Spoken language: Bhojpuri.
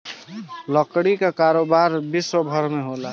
लकड़ी कअ कारोबार विश्वभर में होला